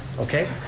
okay,